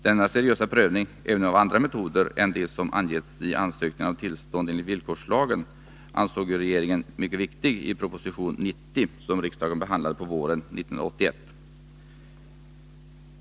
Denna seriösa prövning — även av andra metoder än dem som angetts i ansökningen om tillstånd enligt villkorslagen — ansåg regeringen mycket viktig i proposition 90, som riksdagen behandlade våren 1981.